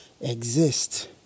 exist